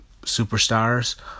superstars